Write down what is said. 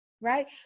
right